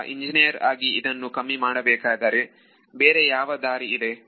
ಈಗ ಇಂಜಿನಿಯರ್ ಆಗಿ ಇದನ್ನು ಕಮ್ಮಿ ಮಾಡಬೇಕಾದರೆ ಬೇರೆ ಯಾವ ದಾರಿ ಇದೆ